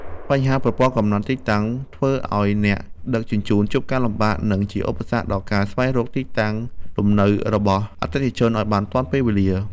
បញ្ហាប្រព័ន្ធកំណត់ទីតាំងធ្វើឱ្យអ្នកដឹកជញ្ជូនជួបការលំបាក និង ជាឧបសគ្គដល់ការស្វែងរកទីលំនៅរបស់អតិថិជនឱ្យបានទាន់ពេលវេលា។